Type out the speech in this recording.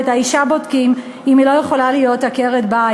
ואת האישה בודקים אם היא לא יכולה להיות עקרת-בית.